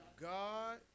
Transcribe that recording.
God